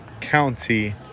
County